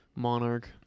Monarch